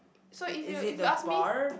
so if you if you ask me